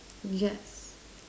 yes